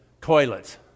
toilets